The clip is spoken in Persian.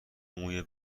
موی